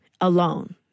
alone